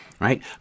right